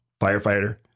firefighter